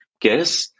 guess